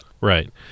right